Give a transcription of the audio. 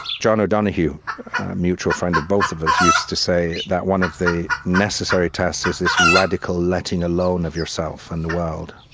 john o'donohue, a mutual friend of both of us, used to say that one of the necessary tasks is this radical letting alone of yourself in the world,